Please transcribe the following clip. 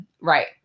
right